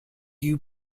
you